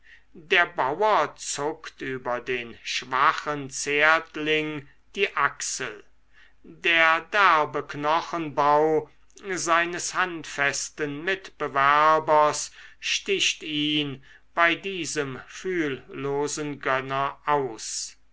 der bauer zuckt über den schwachen zärtling die achsel der derbe knochenbau seines handfesten mitbewerbers sticht ihn bei diesem fühllosen gönner aus